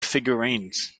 figurines